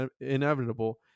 inevitable